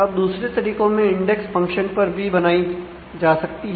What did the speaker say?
अब दूसरे तरीकों में इंडेक्स फंक्शंस पर भी बनाई जा सकती है